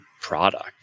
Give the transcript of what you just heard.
product